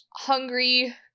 hungry